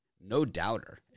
no-doubter